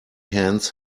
hands